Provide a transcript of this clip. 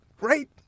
Right